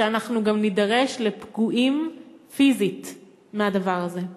שאנחנו גם נידרש לפגועים פיזית מהדבר הזה.